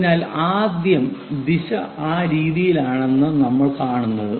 അതിനാൽ ആദ്യം ദിശ ആ രീതിയിലാണെന്ന് നമ്മൾ കാണുന്നത്